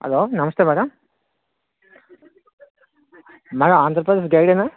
hello namaste madam madam Andhra Pradesh గైడేనా